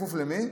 בכפוף למי?